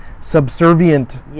subservient